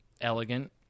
Elegant